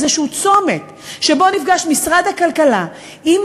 איזשהו צומת שבו נפגש משרד הכלכלה עם